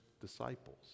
disciples